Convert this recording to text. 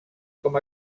com